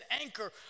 anchor